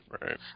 right